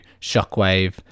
Shockwave